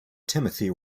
timothy